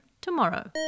tomorrow